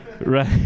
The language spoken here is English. right